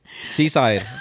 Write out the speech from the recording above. Seaside